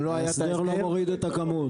ההסדר לא מוריד את הכמות.